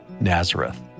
Nazareth